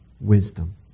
wisdom